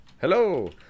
hello